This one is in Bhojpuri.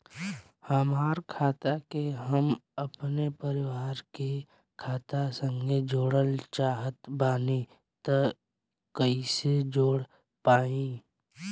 हमार खाता के हम अपना परिवार के खाता संगे जोड़े चाहत बानी त कईसे जोड़ पाएम?